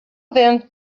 then